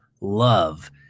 love